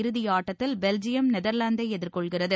இறதி ஆட்டத்தில் பெல்ஜியம் நெதர்லாந்தை எதிர்கொள்கிறது